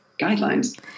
guidelines